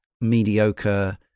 mediocre